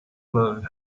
love